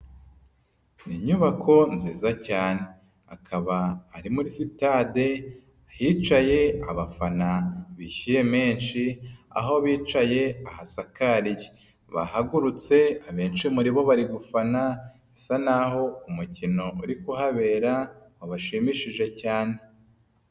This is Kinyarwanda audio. Ni inyubako nziza cyane. Akaba ari muri sitade hicaye abafana bishyuye menshi, aho bicaye ahasakariye, bahagurutse abenshi muri bo bari gufana, bisa naho umukino uri kuhabera wabashimishije cyane.